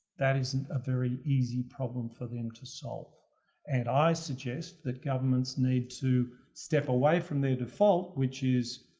that isn't a very easy problem for them to solve and i suggest that governments need to step away from their default, which is,